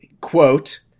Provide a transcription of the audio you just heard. quote